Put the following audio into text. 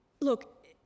look